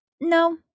no